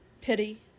pity